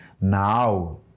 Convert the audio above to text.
Now